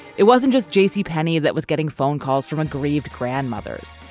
it wasn't just j c. penney that was getting phone calls from aggrieved grandmothers.